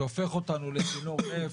שהופך אותנו לצינור נפט.